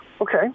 Okay